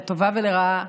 לטובה ולרעה,